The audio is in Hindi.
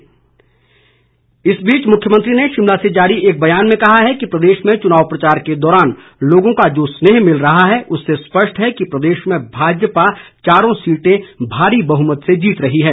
जयराम इस बीच मुख्यमंत्री ने शिमला से जारी एक बयान में कहा है कि प्रदेश में चुनाव प्रचार के दौरान लोगों का जो स्नेह मिल रहा है उससे स्पष्ट है कि प्रदेश में भाजपा चारों सीटें भारी बहुमत से जीत रही है